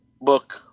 book